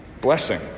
Blessing